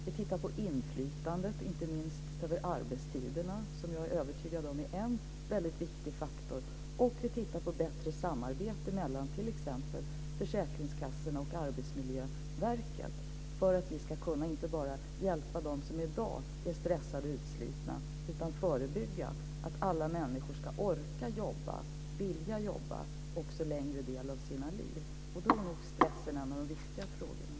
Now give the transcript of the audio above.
Vi tittar på inflytandet, inte minst över arbetstiderna - som jag är övertygad om är en viktig faktor - och vi tittar på bättre samarbete mellan t.ex. försäkringskassan och arbetsmiljöverket för att vi ska kunna hjälpa inte bara dem som i dag är stressade och utslitna utan också förebygga. Alla människor ska orka jobba och vilja jobba en längre del av sina liv. Stressen är då en av de viktiga frågorna.